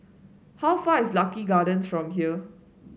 how far is Lucky Gardens from here